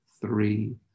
three